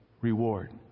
reward